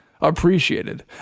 appreciated